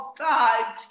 five